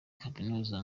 kaminuza